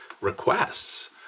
requests